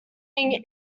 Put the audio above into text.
lying